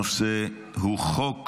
הנושא הוא הצעת חוק